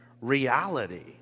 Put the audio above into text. reality